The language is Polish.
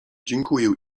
dziękuję